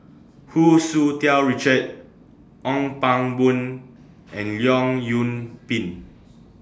Hu Tsu Tau Richard Ong Pang Boon and Leong Yoon Pin